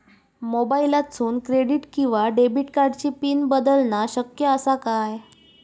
मोबाईलातसून क्रेडिट किवा डेबिट कार्डची पिन बदलना शक्य आसा काय?